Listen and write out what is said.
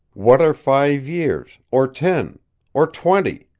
what are five years or ten or twenty,